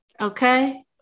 Okay